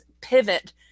pivot